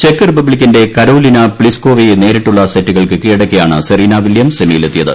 check റിപ്പബ്ലിക്കിന്റെ Karolina പ്ലിസ്കോവയെ നേരിട്ടുള്ള സെറ്റുകൾക്ക് കീഴടക്കിയാണ് സെറീന വില്യംസ് സെമിയിൽ എത്തിയത്